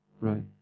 Right